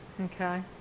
Okay